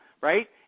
right